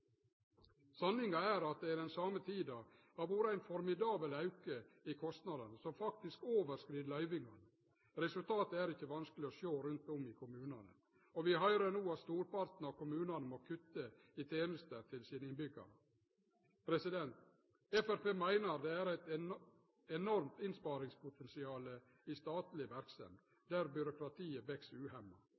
Sanninga er at det i den same tida har vore ein formidabel auke i kostnadene, som faktisk overskrid løyvingane. Resultatet er ikkje vanskeleg å sjå rundt om i kommunane, og vi høyrer no at storparten av kommunane må kutte i tenester til sine innbyggjarar. Framstegspartiet meiner det er eit enormt innsparingspotensial i statleg verksemd, der byråkratiet veks uhemma.